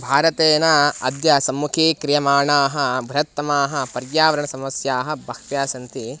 भारतेन अद्य सम्मुखीक्रियमाणाः बृहत्तमाः पर्यावरणसमस्याः बह्व्यः सन्ति